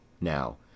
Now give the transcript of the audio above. Now